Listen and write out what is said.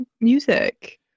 music